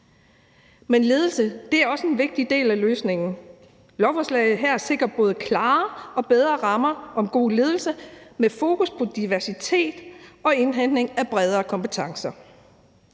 Men ledelse er også en vigtig del af løsningen. Lovforslaget her sikrer både klare og bedre rammer om god ledelse med fokus på diversitet og indhentning af bredere kompetencer.